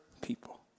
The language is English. people